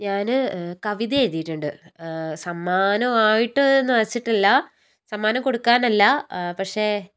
ഞാന് കവിത എഴുതിയിട്ടുണ്ട് സമ്മാനം ആയിട്ട് എന്ന് വച്ചിട്ടില്ല സമ്മാനം കൊടുക്കാന് അല്ല പക്ഷേ